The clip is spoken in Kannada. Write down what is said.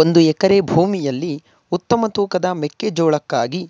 ಒಂದು ಎಕರೆ ಭೂಮಿಯಲ್ಲಿ ಉತ್ತಮ ತೂಕದ ಮೆಕ್ಕೆಜೋಳಕ್ಕಾಗಿ